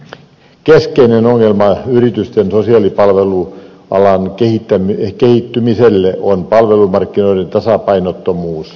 keskeinen ongelma yritysten sosiaalipalvelualan kehittymisessä on palvelumarkkinoiden tasapainottomuus